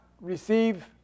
Receive